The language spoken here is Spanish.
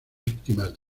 víctimas